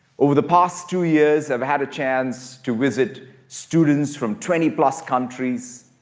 over the past two years, i've had a chance to visit students from twenty plus countries,